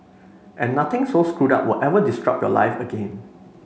and nothing so screwed up will ever disrupt your life again